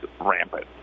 rampant